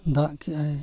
ᱫᱟᱜ ᱠᱮᱜᱼᱟᱭ